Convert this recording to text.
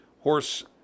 horse